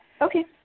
Okay